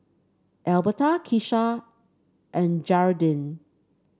Albertha Kisha and Gearldine